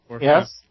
Yes